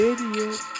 Idiot